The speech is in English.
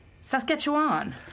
Saskatchewan